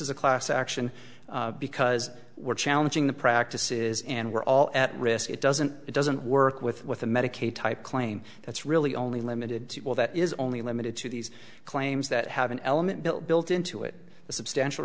is a class action because we're challenging the practices and we're all at risk it doesn't it doesn't work with with a medicaid type claim that's really only limited to well that is only limited to these claims that have an element built into it a substantial